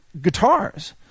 guitars